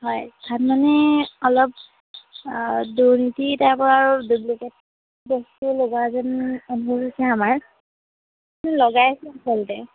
হয় ধান মানে অলপ দুৰ্নীতি তাৰপৰা আৰু ডুপ্লিকেট বস্তু লগোৱা যেন অনুভৱ হৈছে আমাৰ লগাই আছে আচলতে